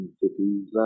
cities